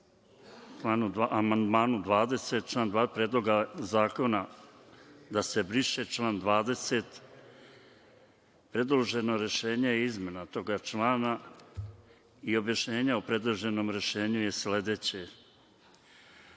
reč o amandmanu 20. član 2. Predloga zakona, da se briše član 20. Predloženo rešenje je izmena toga člana i objašnjenje o predloženom rešenju je sledeće